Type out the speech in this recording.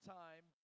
time